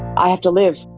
i have to live.